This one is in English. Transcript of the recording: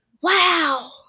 Wow